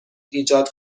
ایجاد